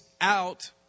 out